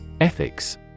Ethics